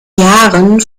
jahren